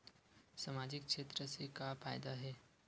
सामजिक क्षेत्र से का फ़ायदा हे?